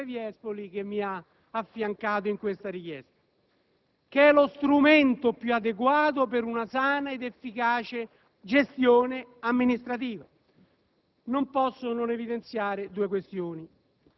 Chiedo scusa, c'era anche il senatore Viespoli che mi ha affiancato in questa richiesta. Questo rappresenta lo strumento più adeguato per una sana ed efficace gestione amministrativa.